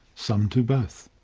some do both.